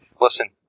Listen